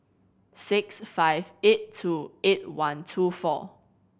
six five eight two eight one two four